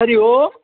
हरिः ओम्